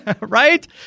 Right